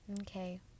Okay